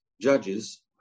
judges